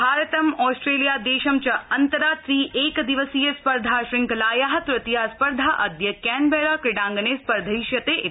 भारतं ऑस्ट्रेलिया देशं च अन्तरा त्रि एकदिवसीय स्पर्धाश्रृंखलायाः तृतीया स्पर्धा अत्र कैनबेरा क्रीडाङ्गणे स्पर्धिष्यते इति